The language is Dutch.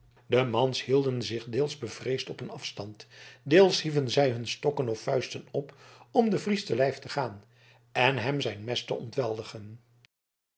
mans hielden zich deels bevreesd op een afstand deels hieven zij hun stokken of vuisten op om den fries te lijf te gaan en hem zijn mes